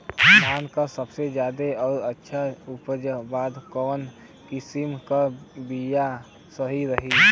धान क सबसे ज्यादा और अच्छा उपज बदे कवन किसीम क बिया सही रही?